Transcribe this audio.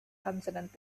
consonant